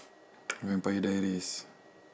vampire dairies